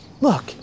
look